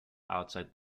outside